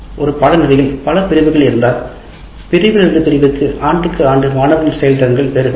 ஒரு பாடத்திற்கு பல பிரிவுகள் இருந்தால் பிரிவில் இருந்து பிரிவுக்கு ஆண்டுக்கு ஆண்டு மாணவர்களின் செயல் திறன்கள் வேறுபடலாம்